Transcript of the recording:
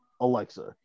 Alexa